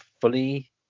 fully